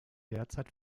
derzeit